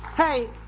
Hey